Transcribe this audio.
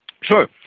Sure